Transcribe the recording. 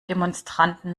demonstranten